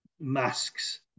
masks